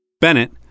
Bennett